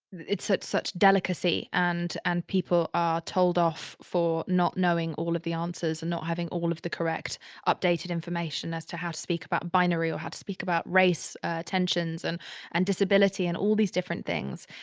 it's such, such delicacy and and people are told off for not knowing all of the answers and not having all of the correct updated information as to how to speak about binary or how to speak about race tensions and and disability and all these different things.